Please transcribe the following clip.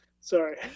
Sorry